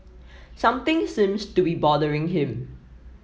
something seems to be bothering him